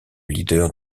leader